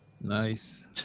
Nice